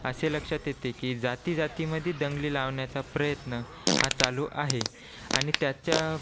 असे लक्षात येते की जाती जातीमध्ये दंगली लावण्याचा प्रयत्न हा चालू आहे आणि त्याच्या